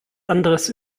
anderes